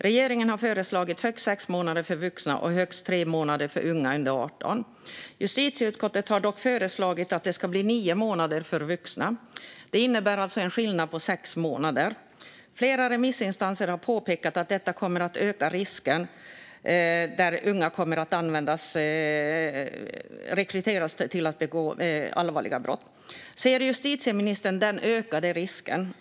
Regeringen har föreslagit högst sex månader för vuxna och högst tre månader för unga under 18 år. Justitieutskottet har dock föreslagit att det ska bli nio månader för vuxna. Det innebär en skillnad på sex månader. Flera remissinstanser har påpekat att detta kommer att öka risken att unga kommer att rekryteras till att begå allvarliga brott. Ser justitieministern den ökade risken?